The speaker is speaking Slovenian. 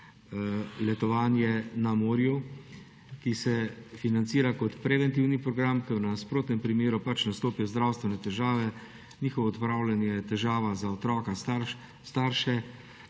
letovanje na morju, ki se financira kot preventivni program, ker v nasprotnem primeru pač nastopijo zdravstvene težave. Njihovo odpravljanje je težava za otroka, starše,